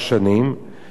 ולמרות זאת